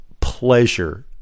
Pleasure